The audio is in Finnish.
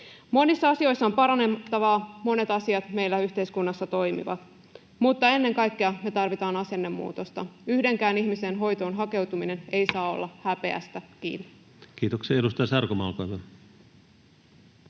Monissa asioissa on parannettavaa, monet asiat meillä yhteiskunnassa toimivat. Mutta ennen kaikkea me tarvitaan asennemuutosta: yhdenkään ihmisen hoitoon hakeutuminen ei saa olla häpeästä kiinni. Kiitoksia. — Edustaja Sarkomaa, olkaa